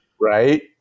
Right